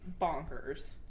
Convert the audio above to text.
Bonkers